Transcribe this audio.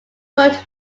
wrote